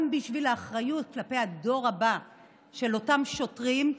גם בשביל האחריות כלפי הדור הבא של אותם שוטרים,